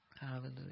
Hallelujah